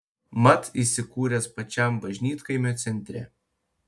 mat įsikūręs pačiam bažnytkaimio centre